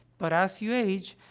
but as you age,